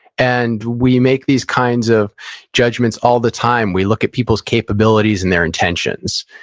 and we make these kinds of judgments all the time. we look at people's capabilities and their intentions.